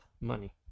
money